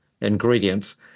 ingredients